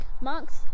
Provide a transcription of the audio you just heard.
Mark's